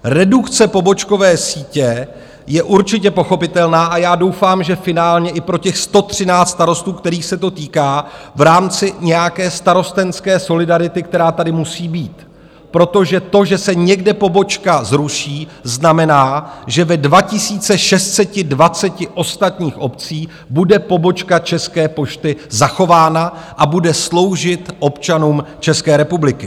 Redukce pobočkové sítě je určitě pochopitelná a já doufám, že finálně i pro těch 113 starostů, kterých se to týká v rámci nějaké starostenské solidarity, která tady musí být, protože to, že se někde pobočka zruší, znamená, že ve 2 620 ostatních obcí bude pobočka České pošty zachována a bude sloužit občanům České republiky.